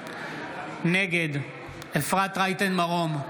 נגד אפרת רייטן מרום,